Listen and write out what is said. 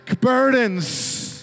burdens